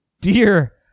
Dear